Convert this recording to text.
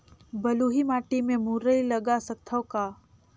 बलुही माटी मे मुरई लगा सकथव का?